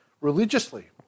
religiously